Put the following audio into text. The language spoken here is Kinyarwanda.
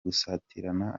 gusatirana